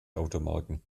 automarken